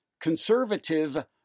conservative